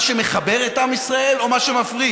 מה שמחבר את עם ישראל או מה שמפריד?